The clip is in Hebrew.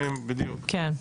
בדיוק.